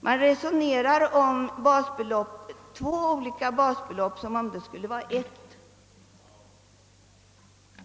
De resonerar om två olika basbelopp som om de skulle vara ett.